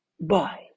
Bye